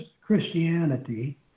Christianity